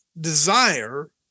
desire